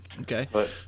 Okay